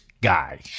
Guy